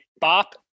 Bop